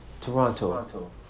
Toronto